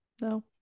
no